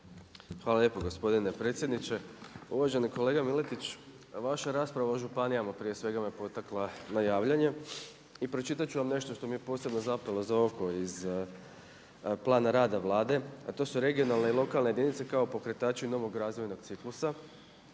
Hvala lijepo gospodine predsjedniče. Uvaženi kolega Miletić, vaša rasprava o županijama prije svega me potakla na javljanje. I pročitati ću vam nešto što mi je posebno zapelo za oko iz plana rada Vlade a to su regionalne i lokalne jedinice kao pokretači novog razvojnog ciklusa.